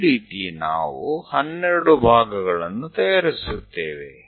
ಈ ರೀತಿ ನಾವು 12 ಭಾಗಗಳನ್ನು ತಯಾರಿಸುತ್ತೇವೆ